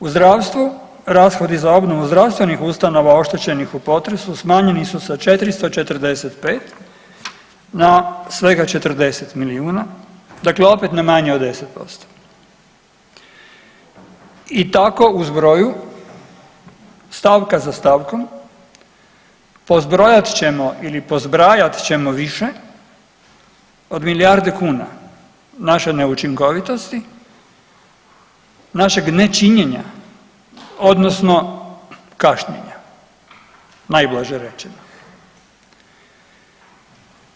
U zdravstvu rashodi za obnovu zdravstvenih ustanova oštećenih u potresu smanjeni su sa 445 na svega 40 milijuna, dakle opet na manje od 10% i tako u zbroju stavka za stavkom podzbrojat ćemo ili podzbrajat ćemo više od milijarde kuna naše neučinkovitosti, našeg nečinjenja odnosno kašnjenja najblaže rečeno.